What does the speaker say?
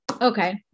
Okay